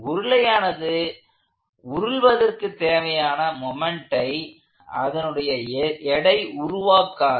உருளையானது உருள்வதற்கு தேவையான மொமெண்ட்டை அதனுடைய எடை உருவாக்காது